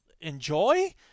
enjoy